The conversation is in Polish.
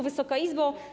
Wysoka Izbo!